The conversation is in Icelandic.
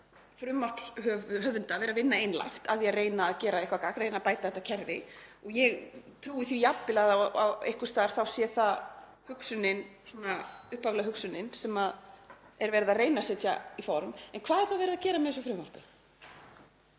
frumvarpshöfunda vera að vinna einlægt að því að reyna að gera eitthvert gagn, reyna að bæta þetta kerfi — ég trúi því jafnvel að einhvers staðar sé það upphaflega hugsunin sem er verið að reyna að setja í form. En hvað er þá verið að gera með þessu frumvarpi?